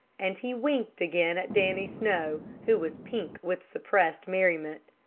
and he winked again at dannie snow, who was pink with suppressed merriment.